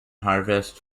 harvests